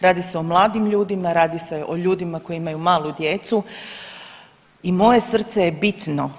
Radi se o mladim ljudima, radi se o ljudima koji imaju malu djecu “I moje srce je bitno“